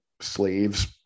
slaves